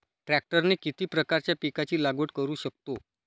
ट्रॅक्टरने किती प्रकारच्या पिकाची लागवड करु शकतो?